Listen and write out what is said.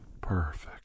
Perfect